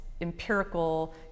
empirical